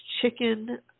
chicken